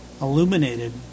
illuminated